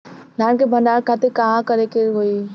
धान के भंडारन खातिर कहाँरखे के होई?